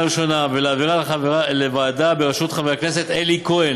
הראשונה ולהעבירה לוועדה בראשות חבר הכנסת אלי כהן,